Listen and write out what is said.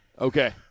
Okay